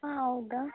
ಹಾಂ ಹೌದಾ